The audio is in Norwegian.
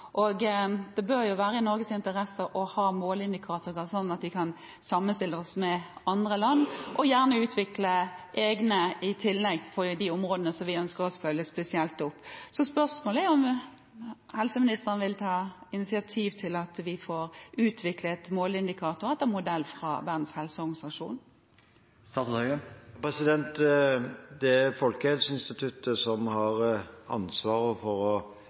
bruk. Det bør jo være i Norges interesse å ha måleindikatorer, slik at vi kan sammenstille oss med andre land og gjerne utvikle egne i tillegg på de områdene som vi ønsker å følge opp spesielt. Spørsmålet er: Vil helseministeren ta initiativ til at vi får utviklet måleindikatorer etter modell fra Verdens helseorganisasjon? Det er Folkehelseinstituttet som har ansvaret for å